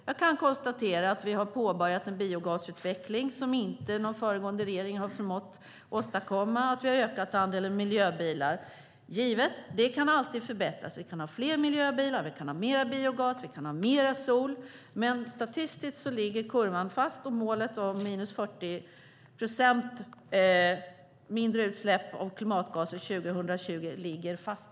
Jag kan konstatera att vi har påbörjat en biogasutveckling som inte någon föregående regering förmått åstadkomma och ökat andelen miljöbilar. Det är givet att det alltid kan förbättras. Vi kan ha fler miljöbilar, mer biogas och mer sol. Men statistiskt ligger kurvan fast, och målet minus 40 procent mindre utsläpp och klimatgaser år 2020 ligger fast.